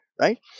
right